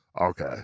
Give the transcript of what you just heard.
okay